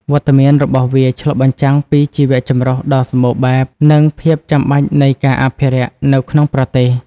វត្តមានរបស់វាឆ្លុះបញ្ចាំងពីជីវៈចម្រុះដ៏សម្បូរបែប និងភាពចាំបាច់នៃការអភិរក្សនៅក្នុងប្រទេស។